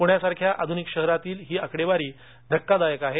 प्ण्यासारख्या आधूनिक शहरातील ही आकडेवारी धक्कादायक आहे